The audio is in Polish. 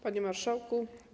Panie Marszałku!